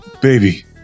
Baby